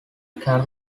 carol